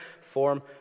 form